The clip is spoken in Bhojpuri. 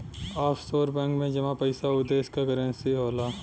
ऑफशोर बैंक में जमा पइसा उ देश क करेंसी होला